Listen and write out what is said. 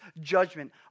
judgment